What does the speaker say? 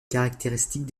caractéristiques